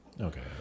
okay